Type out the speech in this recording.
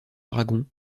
dragon